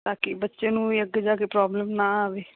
ਤਾਂ ਕਿ ਬੱਚੇ ਨੂੰ ਵੀ ਅੱਗੇ ਜਾ ਕੇ ਪ੍ਰੋਬਲਮ ਨਾ ਆਵੇ